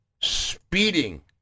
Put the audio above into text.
speeding